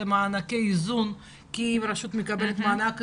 מענקי איזון כי אם רשות מקבלת מענק איזון,